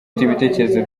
ibitekerezo